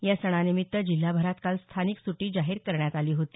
या सणानिमित्त जिल्हाभरात काल स्थानिक सुटी जाहीर करण्यात आली होती